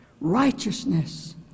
Righteousness